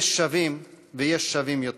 יש שווים ויש שווים יותר.